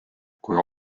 kui